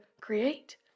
create